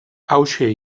hauxe